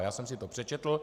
Já jsem si to přečetl.